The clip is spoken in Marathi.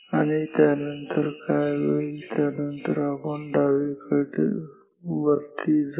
आणि त्यानंतर काय होईल त्यानंतर आपण डावीकडे वरती जाऊ